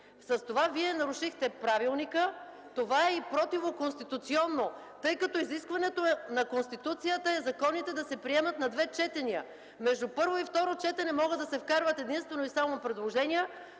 С това Вие нарушихте правилника. Това е и противоконституционно, тъй като изискването на Конституцията е законите да се приемат на две четения. Между първо и второ четене могат да се вкарват единствено и само предложения,